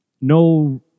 no